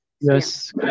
yes